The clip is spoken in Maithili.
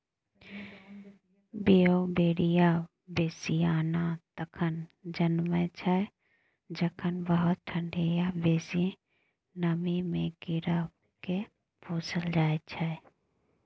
बीउबेरिया बेसियाना तखन जनमय छै जखन बहुत ठंढी या बेसी नमीमे कीड़ाकेँ पोसल जाइ छै